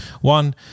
one